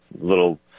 little